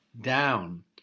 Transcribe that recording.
down